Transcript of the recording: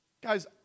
Guys